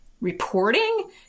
reporting